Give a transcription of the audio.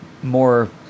more